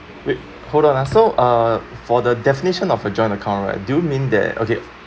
wait hold on ah so uh for the definition of a joint account right do you mean that okay